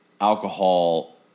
alcohol